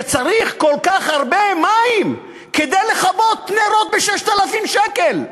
שצריך כל כך הרבה מים כדי לכבות נרות ב-6,000 שקלים?